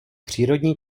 přírodní